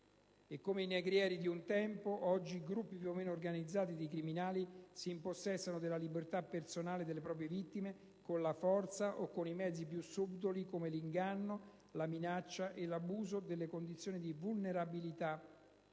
E, come i negrieri di un tempo, oggi gruppi più o meno organizzati di criminali si impossessano della libertà personale delle proprie vittime con la forza o con i mezzi più subdoli come l'inganno, la minaccia e l'abuso delle condizioni di vulnerabilità